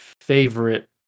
favorite